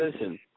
listen